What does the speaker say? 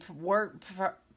work